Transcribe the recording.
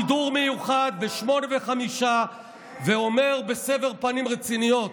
הייתי עומד בשידור מיוחד ב-20:05 ואומר בסבר פנים רציניות,